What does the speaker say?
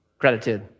gratitude